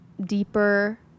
deeper